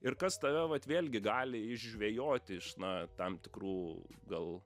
ir kas tave vat vėlgi gali išžvejoti iš na tam tikrų gal